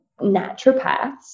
naturopaths